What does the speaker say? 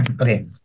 okay